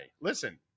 Listen